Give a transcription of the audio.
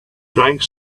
drank